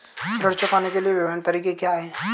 ऋण चुकाने के विभिन्न तरीके क्या हैं?